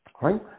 Right